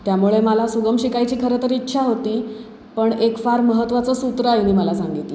त्यामुळे माला सुगम शिकायची खरं तर इच्छा होती पण एक फार महत्त्वाचं सूत्र आईने मला सांगितलं